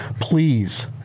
please